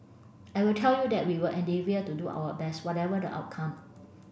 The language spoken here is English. I will tell you that we will endeavour to do our best whatever the outcome